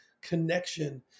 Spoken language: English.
connection